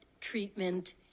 treatment